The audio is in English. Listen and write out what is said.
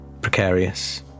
precarious